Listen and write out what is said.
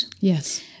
Yes